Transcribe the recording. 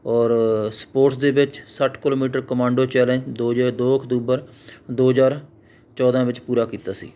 ਔਰ ਸਪੋਟਸ ਦੇ ਵਿੱਚ ਸੱਠ ਕਿਲੋਮੀਟਰ ਕਮਾਂਡੋ ਚੇਲੈਂਜ ਦੋ ਹਜ਼ਾਰ ਦੋ ਅਕਤੂਬਰ ਦੋ ਹਜ਼ਾਰ ਚੌਦਾਂ ਵਿੱਚ ਪੂਰਾ ਕੀਤਾ ਸੀ